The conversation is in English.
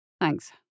Thanks